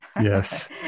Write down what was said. Yes